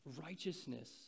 Righteousness